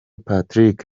patrick